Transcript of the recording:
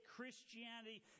Christianity